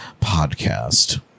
podcast